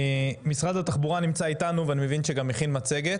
משרד התחבורה נמצא איתנו ואני מבין שהוא גם הכין מצגת,